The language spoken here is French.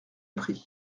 prix